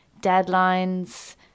deadlines